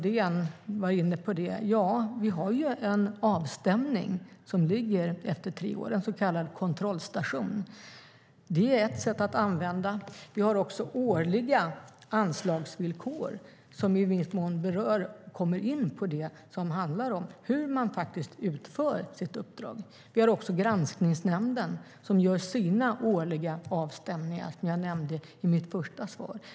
Vi har en avstämning efter tre år, en så kallad kontrollstation. Det är ett sätt. Vi har också årliga anslagsvillkor som i viss mån går in på hur man faktiskt utför sitt uppdrag. Granskningsnämnden gör också årliga avstämningar, vilket jag nämnde i mitt första inlägg.